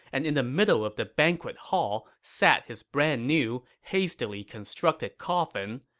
and in the middle of the banquet hall sat his brand new, hastily constructed coffin,